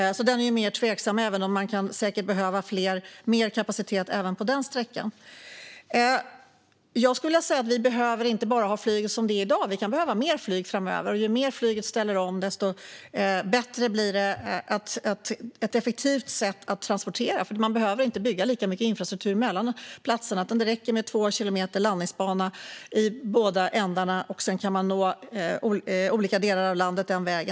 Den är alltså mer tveksam, även om man säkert kan behöva mer kapacitet även på den sträckan. Jag skulle vilja säga att vi behöver flyget inte bara som det är i dag, utan vi kan behöva mer flyg framöver. Ju mer flyget ställer om, desto bättre blir det. Det är ett effektivt sätt att transportera på, eftersom man inte behöver bygga lika mycket infrastruktur mellan platserna. Det räcker med en landningsbana på två kilometer i båda ändarna. Sedan kan man nå olika delar av landet på det sättet.